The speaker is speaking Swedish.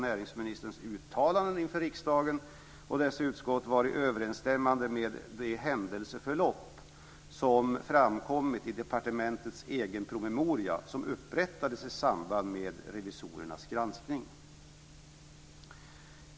Hon undrade huruvida hans uttalanden inför riksdagen och dess utskott var i överensstämmande med det händelseförlopp som framkommit i departementets egen promemoria som upprättades i samband med revisorernas granskning.